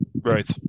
Right